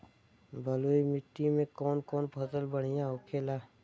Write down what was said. बलुई मिट्टी में कौन कौन फसल बढ़ियां होखेला?